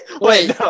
wait